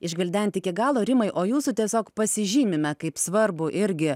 išgvildenti iki galo rimai o jūsų tiesiog pasižymime kaip svarbu irgi